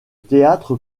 théâtre